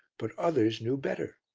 but others knew better.